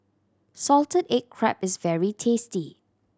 salted egg crab is very tasty